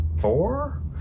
four